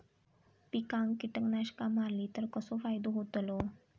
पिकांक कीटकनाशका मारली तर कसो फायदो होतलो?